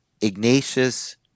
Ignatius